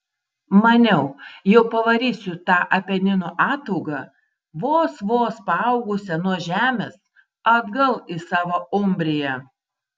maniau jau pavarysiu tą apeninų ataugą vos vos paaugusią nuo žemės atgal į savo umbriją